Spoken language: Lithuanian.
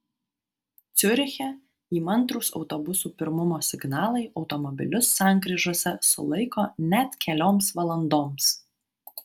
ciuriche įmantrūs autobusų pirmumo signalai automobilius sankryžose sulaiko net kelioms valandoms